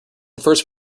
first